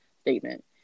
statement